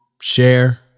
share